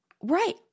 Right